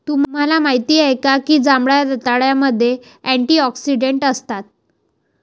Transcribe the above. तुम्हाला माहित आहे का की जांभळ्या रताळ्यामध्ये अँटिऑक्सिडेंट असतात?